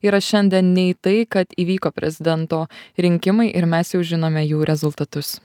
yra šiandien nei tai kad įvyko prezidento rinkimai ir mes jau žinome jų rezultatus